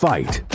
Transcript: Fight